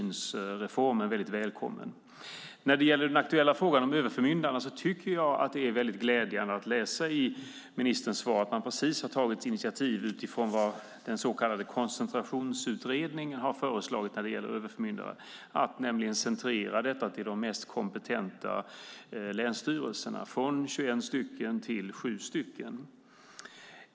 När det gäller den aktuella frågan om överförmyndare tycker jag att det är glädjande att läsa i ministerns svar att man precis har tagit initiativ utifrån vad den så kallade Koncentrationsutredningen har föreslagit när det gäller överförmyndare. Det handlar om att centrera detta till de mest kompetenta länsstyrelserna - från 21 till 7 stycken.